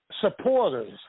supporters